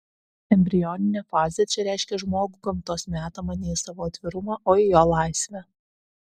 embrioninė fazė čia reiškia žmogų gamtos metamą ne į savo atvirumą o į jo laisvę